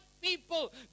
people